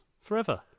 Forever